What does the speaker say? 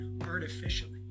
artificially